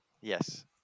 Yes